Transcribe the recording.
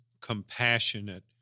compassionate